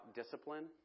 discipline